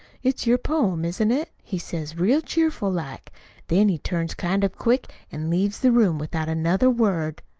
it's your poem, isn't it he says real cheerful-like. then he turns kind of quick an' leaves the room without another word.